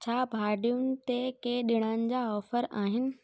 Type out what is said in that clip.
छा भाॼियूंनि ते कंहिं डि॒णनि जा ऑफर आहिनि